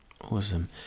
awesome